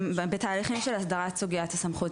הם בתהליכים של הסדרת סוגיית הסמכות,